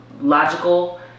logical